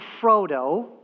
Frodo